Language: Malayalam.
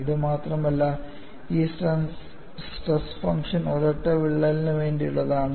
ഇത് മാത്രമല്ല ഈ സ്ട്രെസ് ഫംഗ്ഷൻ ഒരൊറ്റ വിള്ളലിന് വേണ്ടിയുള്ളതാണ്